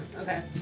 Okay